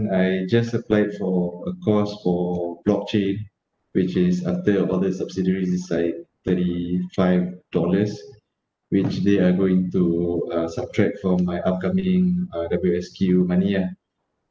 I just applied for a course for blockchain which is after your subsidiaries inside thirty five dollars which they are going to uh subtract from my upcoming uh W_S_Q money ah